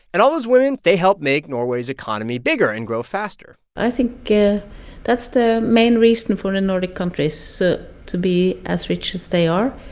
and all those women, they help make norway's economy bigger and grow faster i think yeah that's the main reason for the and nordic countries so to be as rich as they are.